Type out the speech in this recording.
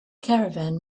caravan